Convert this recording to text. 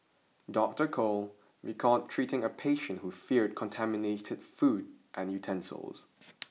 Doctor Koh recalled treating a patient who feared contaminated food and utensils